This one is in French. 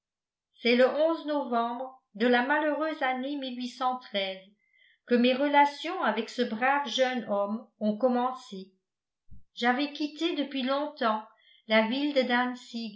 c'est le novembre de la malheureuse année que mes relations avec ce brave jeune homme ont commencé j'avais quitté depuis longtemps la ville de dantzig